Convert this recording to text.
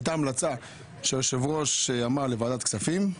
הייתה המלצה של היושב ראש להעביר לוועדת הכספים,